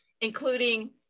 including